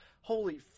Holy